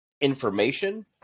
information